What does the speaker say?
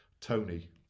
tony